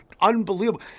unbelievable